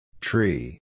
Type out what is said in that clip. tree